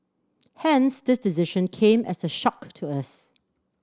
hence this decision came as a shock to us